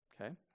okay